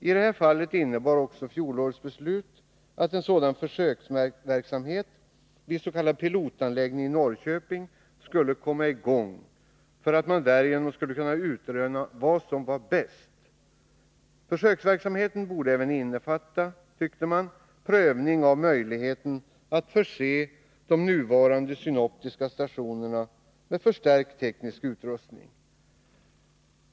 I detta fall innebar också fjolårets beslut att en sådan försöksverksamhet vid s.k. pilotanläggning i Norrköping skulle komma i gång för att man därigenom skulle kunna utröna vad som var bäst. Försöksverksamheten borde, tyckte man, även innefatta prövning av möjligheten att förse de nuvarande synoptiska stationerna med förstärkt teknisk utrustning.